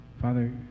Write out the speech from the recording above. Father